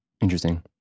interesting